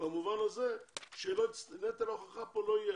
במובן הזה שנטל ההוכחה כאן לא יהיה